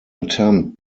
attempt